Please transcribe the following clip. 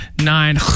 nine